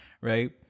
right